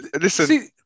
Listen